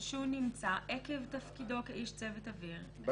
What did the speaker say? שהוא נמצא עקב תפקידו כאיש צוות אוויר.